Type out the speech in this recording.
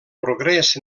progrés